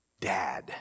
Dad